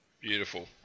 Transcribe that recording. Beautiful